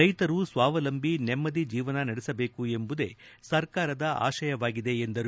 ರೈತರು ಸ್ವಾವಂಬಿ ನೆಮ್ದಿ ಜೀವನ ನಡೆಸಬೇಕು ಎಂಬುದೇ ಸರ್ಕಾರದ ಆಶಯವಾಗಿದೆ ಎಂದರು